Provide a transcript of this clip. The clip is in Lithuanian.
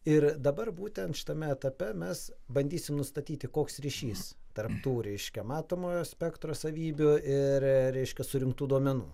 ir dabar būtent šitame etape mes bandysim nustatyti koks ryšys tarp tų reiškia matomojo spektro savybių ir reiškia surinktų duomenų